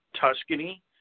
Tuscany